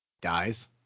Dies